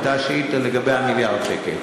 הייתה השאילתה לגבי מיליארד השקל,